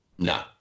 No